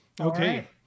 Okay